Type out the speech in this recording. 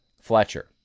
Fletcher